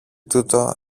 τούτο